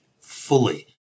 fully